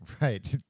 Right